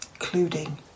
including